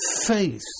faith